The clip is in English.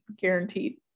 guaranteed